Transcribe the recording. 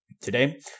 Today